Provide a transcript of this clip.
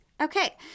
Okay